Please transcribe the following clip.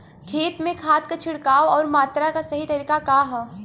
खेत में खाद क छिड़काव अउर मात्रा क सही तरीका का ह?